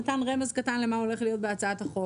נתן רמז קטן למה הולך להיות בהצעת החוק.